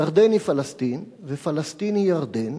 ירדן היא פלסטין ופלסטין היא ירדן,